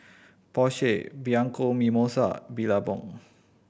Porsche Bianco Mimosa Billabong